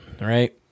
right